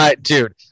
Dude